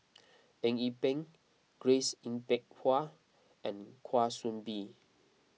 Eng Yee Peng Grace Yin Peck Ha and Kwa Soon Bee